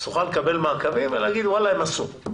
תוכל לקבל מעקבים ולומר היא עשתה.